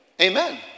Amen